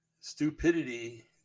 stupidity